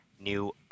new